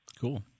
Cool